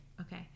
okay